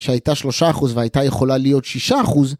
שהייתה שלושה אחוז והייתה יכולה להיות שישה אחוז.